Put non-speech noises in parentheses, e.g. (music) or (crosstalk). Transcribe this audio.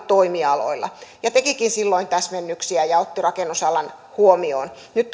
toimialoilla ja valiokunta tekikin silloin täsmennyksiä ja otti rakennusalan huomioon nyt (unintelligible)